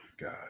God